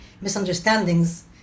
misunderstandings